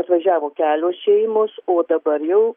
atvažiavo kelios šeimos o dabar jau